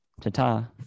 Ta-ta